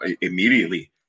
immediately